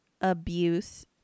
abuse